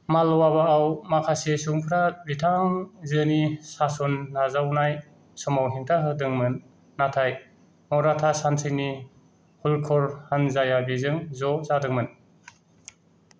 माल्ल'वाआव माखासे सुबुंफोरा बिथांजोनि सासन नाजावनाय समाव हेंथा होदोंमोन नाथाय माराथा सान्थ्रिनि हल्कार हानजाया बेजों ज' जादोंमोन